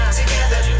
together